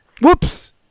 Whoops